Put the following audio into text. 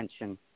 attention